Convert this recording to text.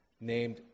named